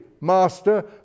Master